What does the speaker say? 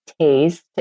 taste